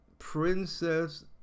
princess